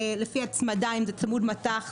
לפי הצמדה אם זה צמוד מט"ח,